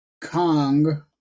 Kong